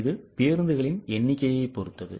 இது பேருந்துகளின் எண்ணிக்கையைப் பொறுத்தது